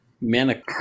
Manic